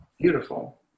Beautiful